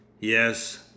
Yes